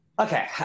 Okay